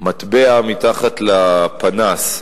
המטבע מתחת לפנס.